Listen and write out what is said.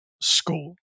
school